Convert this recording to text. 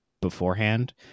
beforehand